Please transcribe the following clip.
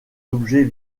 objet